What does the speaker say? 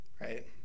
right